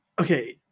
Okay